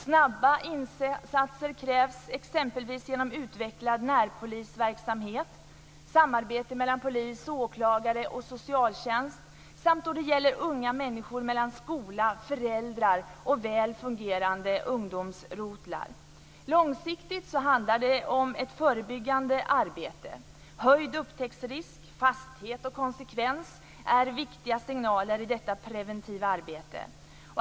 Snabba insatser krävs exempelvis genom utvecklad närpolisverksamhet, samarbete mellan polis, åklagare och socialtjänst samt, när det gäller unga människor, mellan skola, föräldrar och väl fungerande ungdomsrotlar. Långsiktigt handlar det om ett förebyggande arbete. Höjd upptäcktsrisk, fasthet och konsekvens är viktiga signaler i detta preventiva arbete.